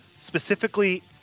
specifically